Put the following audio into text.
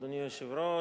אדוני היושב-ראש,